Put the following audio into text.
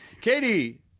Katie